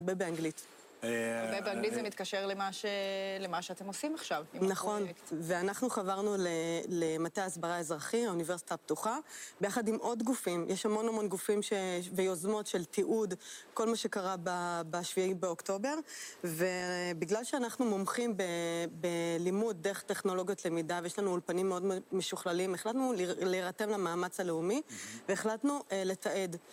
הרבה באנגלית. הרבה באנגלית זה מתקשר למה שאתם עושים עכשיו. נכון, ואנחנו חברנו למטה ההסברה האזרחי, האוניברסיטה הפתוחה, ביחד עם עוד גופים. יש המון המון גופים ויוזמות של תיעוד כל מה שקרה בשביעי באוקטובר, ובגלל שאנחנו מומחים בלימוד דרך טכנולוגיות למידה ויש לנו אולפנים מאוד משוכללים, החלטנו להירתם למאמץ הלאומי והחלטנו לתעד.